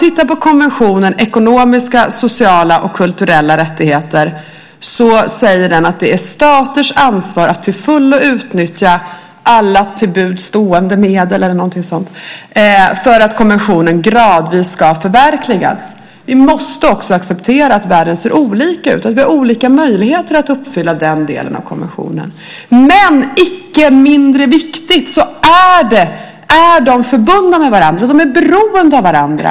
I konventionen om ekonomiska, sociala och kulturella rättigheter sägs det att det är staters ansvar att till fullo utnyttja alla till buds stående medel - eller någonting sådant - för att konventionen gradvis ska förverkligas. Vi måste också acceptera att världen ser olika ut och att vi har olika möjligheter att uppfylla den delen av konventionen. Men icke mindre viktigt är att rättigheterna är förbundna med varandra. De är beroende av varandra.